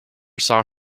saw